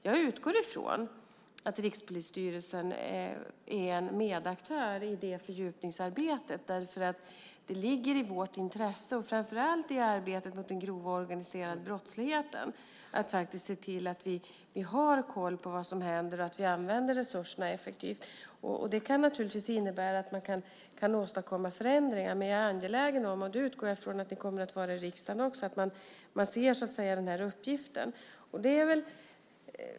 Jag utgår från att Rikspolisstyrelsen är en medaktör i det fördjupningsarbetet eftersom det ligger i vårt intresse, framför allt i arbetet mot den grova organiserade brottsligheten, att se till att vi har koll på vad som händer och att vi använder resurserna effektivt. Det kan naturligtvis innebära att man kan åstadkomma förändringar, men jag är angelägen om - och det utgår jag från att ni kommer att vara i riksdagen också - att man ser uppgiften.